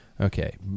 okay